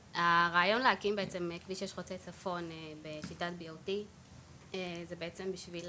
הרעיון להקים בעצם את כביש 6 חוצה צפון בשיטת BOT זה בעצם בגלל